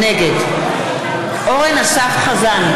נגד אורן אסף חזן,